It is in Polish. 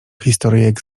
historyjek